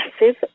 massive